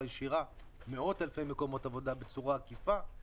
ישירה ומאות אלפי מקומות עבודה בצורה עקיפה.